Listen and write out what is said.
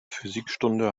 physikstunde